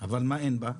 אבל מה אין בה,